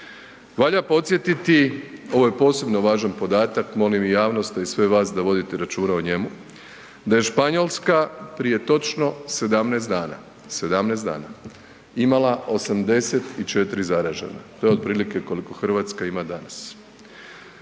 Valja podsjetiti, ovo je posebno važan podatak, molim i javnost, a i sve vas da vodite računa o njemu, da je Španjolska prije točno 17 dana, 17 dana imala 84 zaražena, to je otprilike koliko Hrvatska ima danas.